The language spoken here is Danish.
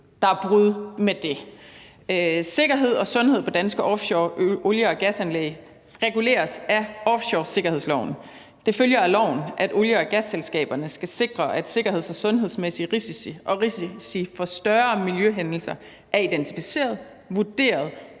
hvor der brydes med det. Sikkerhed og sundhed på danske offshore olie- og gasanlæg reguleres af offshoresikkerhedsloven, og det følger af loven, at olie- og gasselskaberne skal sikre, at sikkerheds- og sundhedsmæssige risici og risici for større miljøhændelser er identificeret, vurderet